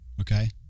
okay